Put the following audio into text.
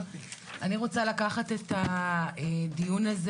אני רוצה לקחת את הדיון הזה